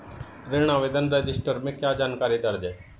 ऋण आवेदन रजिस्टर में क्या जानकारी दर्ज है?